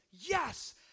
Yes